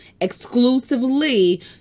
exclusively